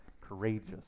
courageous